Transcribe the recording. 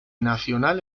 nacional